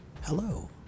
Hello